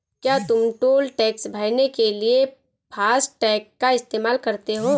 क्या तुम toll tax भरने के लिए फासटेग का इस्तेमाल करते हो?